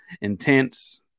intense